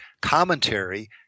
commentary